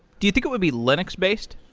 do you think it would be linux-based?